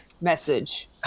message